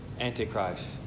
Antichrist